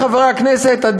חבר הכנסת חנין, תודה רבה.